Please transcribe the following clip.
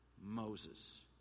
Moses